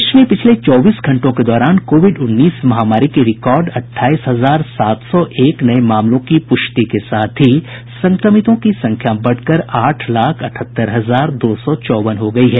देश में पिछले चौबीस घंटों के दौरान कोविड उन्नीस महामारी के रिकॉर्ड अट्ठाईस हजार सात सौ एक नये मामलों की प्रष्टि के साथ ही संक्रमितों की संख्या बढ़कर आठ लाख अठहत्तर हजार दो सौ चौवन हो गई है